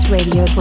Radio